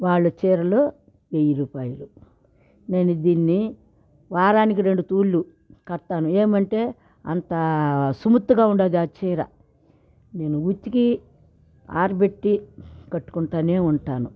వాళ్ళ చీరలు వెయ్యి రూపాయలు నేను దీన్ని వారానికి రెండు సార్లు కడతాను ఏమంటే అంతా స్మూత్గా ఉంది ఆ చీర నేను ఉతికి ఆరబెట్టి కట్టుకుంటా ఉంటాను